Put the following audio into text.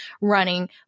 running